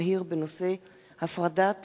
מאת חבר הכנסת